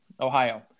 Ohio